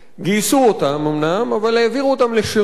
גייסו אותם אומנם, אבל העבירו אותם לשירות